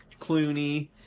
Clooney